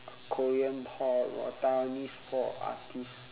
korean tall or taiwanese tall artiste